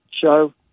show